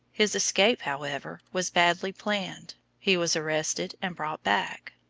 his escape, however, was badly planned he was arrested and brought back.